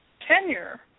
tenure